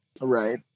Right